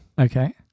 Okay